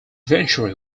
venturi